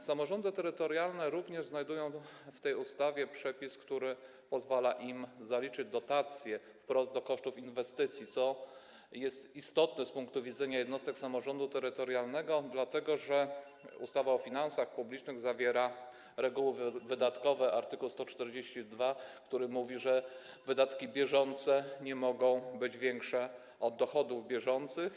Samorządy terytorialne również znajdują w tej ustawie przepis, który pozwala im zaliczyć dotacje wprost do kosztów inwestycji, co jest istotne z punktu widzenia jednostek samorządu terytorialnego, dlatego że ustawa o finansach publicznych zawiera reguły wydatkowe, art. 142, który mówi, że wydatki bieżące nie mogą być większe od dochodów bieżących.